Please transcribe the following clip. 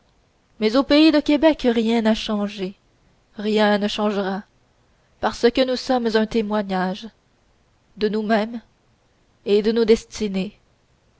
mais au pays de québec rien n'a changé rien ne changera parce que nous sommes un témoignage de nous-mêmes et de nos destinées